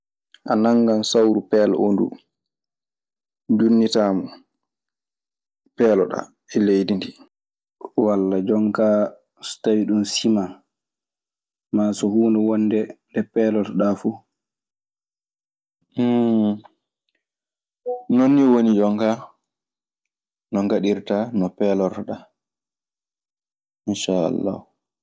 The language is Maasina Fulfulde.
A nanngan sawru pel oo nduu junnditaamo, peeloɗaa e leydi ndii. Walla jon kaa so tawii ɗun siman maa so huunde wonde ɗe ɗe peelotɗaa fu. Non nii woni jonkaa no ngaɗirtaa, no peelortoɗaa. Insaa'Allaahu.